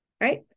right